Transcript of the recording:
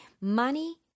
Money